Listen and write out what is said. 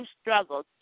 struggles